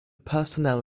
personnel